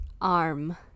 arm